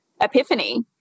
epiphany